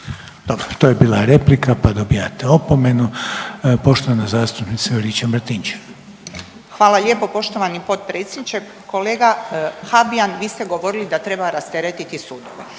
Dobro, to je bila replika pa dobijate opomenu. Poštovana zastupnica Juričev Martinčev. **Juričev-Martinčev, Branka (HDZ)** Hvala lijepa poštovani potpredsjedniče. Kolega Habijan vi ste govorili da treba rasteretiti sudove.